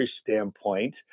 standpoint